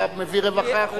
מביא רווחה, החוק.